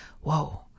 whoa